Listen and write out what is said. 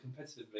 competitively